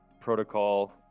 protocol